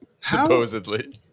Supposedly